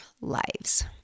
lives